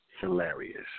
Hilarious